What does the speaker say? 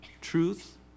truth